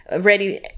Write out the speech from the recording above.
ready